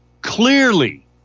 clearly